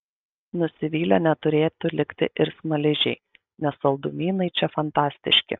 nusivylę neturėtų likti ir smaližiai nes saldumynai čia fantastiški